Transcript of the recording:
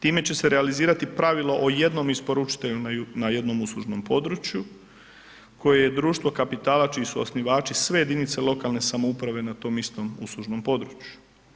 Time će se realizirati pravilo o jednom isporučitelju na jednom uslužnom području koje je društvo kapitala čiji su osnivači sve jedinice lokalne samouprave na tom istom uslužnom području.